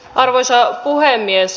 arvoisa puhemies